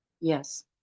Yes